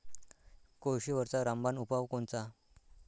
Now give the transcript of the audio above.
कोळशीवरचा रामबान उपाव कोनचा?